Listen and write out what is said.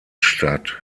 statt